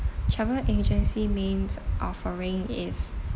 travel agency main's offering is